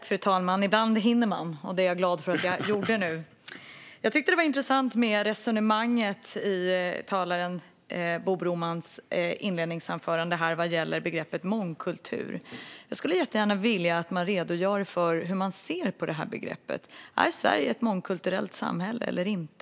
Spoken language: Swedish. Fru talman! Jag tyckte att det var intressant med resonemanget i Bo Bromans inledningsanförande vad gällde begreppet mångkultur. Jag skulle jättegärna vilja att han redogjorde för hur man ser på det begreppet. Är Sverige ett mångkulturellt samhälle eller inte?